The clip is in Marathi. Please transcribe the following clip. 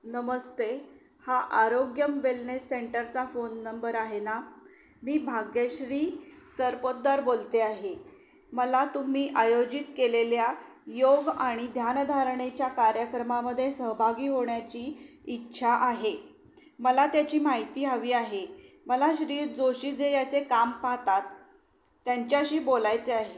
नमस्ते हा आरोग्यम वेलनेस सेंटरचा फोन नंबर आहे ना मी भाग्यश्री सरपोतदार बोलते आहे मला तुम्ही आयोजित केलेल्या योग आणि ध्यानधारणेच्या कार्यक्रमामध्ये सहभागी होण्याची इच्छा आहे मला त्याची माहिती हवी आहे मला श्री जोशी जे याचे काम पहात त्यांच्याशी बोलायचे आहे